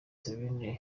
celine